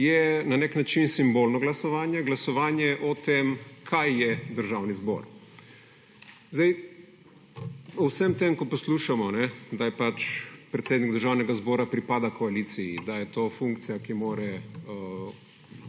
je na neki način simbolno glasovanje, glasovanje o tem kaj je Državni zbor. Sedaj ob vsem tem, ko poslušamo, da pač predsedniku Državnega zbora pripada koaliciji, da je to funkcija, ki mora